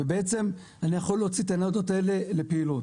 ובעצם אני יכול להוציא את הניידות האלה לפעילות.